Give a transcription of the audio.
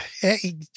hey